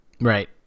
Right